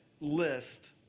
list